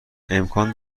امکان